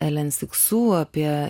elen siksu apie